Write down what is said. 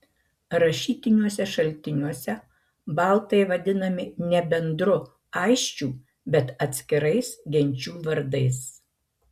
rašytiniuose šaltiniuose baltai vadinami ne bendru aisčių bet atskirais genčių vardais